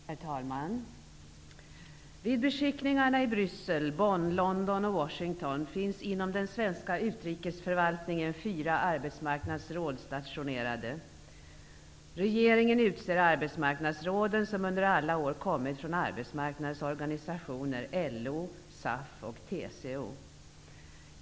Herr talman! Vid beskickningarna i Bryssel, Bonn, London och Washington finns fyra arbetsmarknadsråd stationerade inom den svenska utrikesförvaltningen. Regeringen utser arbetsmarknadsråden, som under alla år har kommit från arbetsmarknadens organisationer, LO, SAF och TCO.